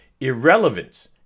Irrelevance